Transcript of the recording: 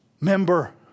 Member